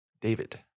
David